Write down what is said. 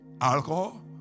Alcohol